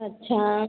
अच्छा